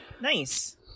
Nice